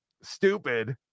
stupid